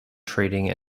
trading